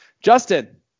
Justin